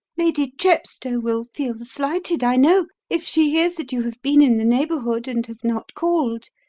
lady chepstow will feel slighted, i know, if she hears that you have been in the neighbourhood and have not called.